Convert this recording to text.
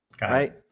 right